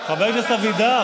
אתה צריך לצאת החוצה.